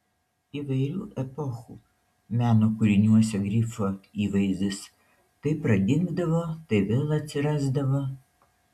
įvairių epochų meno kūriniuose grifo įvaizdis tai pradingdavo tai vėl atsirasdavo